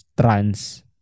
trans